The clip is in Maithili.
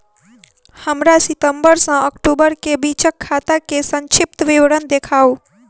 हमरा सितम्बर सँ अक्टूबर केँ बीचक खाता केँ संक्षिप्त विवरण देखाऊ?